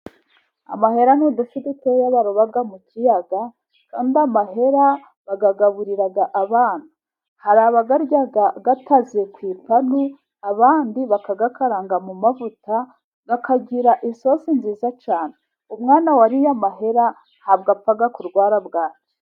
Amahera ni udufi dutoya baroba mu kiyaga kandi amahera bayagaburira abana, hari abayarya ataze ku ipanu, abandi bakayakaranga mu mavuta akagira isosi nziza cyane. Umwana wariye amahera ntabwo apfa kurwara bwaki.